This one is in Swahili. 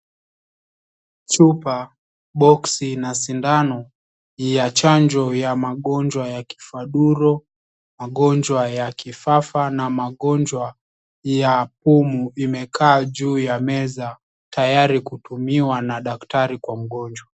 Chupa, boksi na sindano ya chanjo ya magonjwa ya kifaduro, magonjwa ya kifafa na magonjwa ya pumu imekaa juu ya meza tayari kutumiwa na daktari kwa mgonjwa.